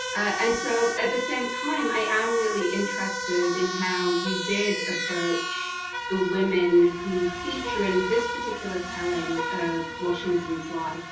and so at the same time, i am really interested in how you did approach the women who feature in this particular telling of washington's life.